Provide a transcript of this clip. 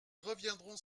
reviendrons